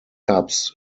tubs